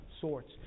sorts